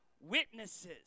witnesses